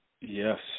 Yes